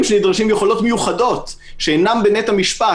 שנדרשות יכולות מיוחדות שאינם בנט"ע משפט,